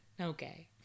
Okay